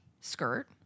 skirt